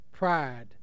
Pride